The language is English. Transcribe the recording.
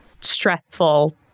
stressful